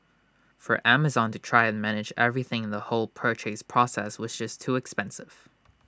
for Amazon to try and manage everything in the whole purchase process was just too expensive